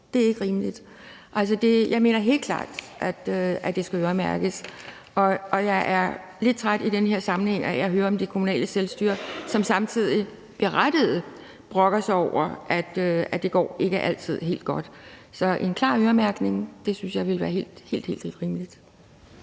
Det er ikke rimeligt. Altså, jeg mener helt klart, at det skal øremærkes, og jeg er i den her sammenhæng lidt træt af at høre om det kommunale selvstyre, som samtidig, berettiget, brokker sig over, at det ikke altid går helt godt. Så en klar øremærkning synes jeg ville være helt, helt rimeligt.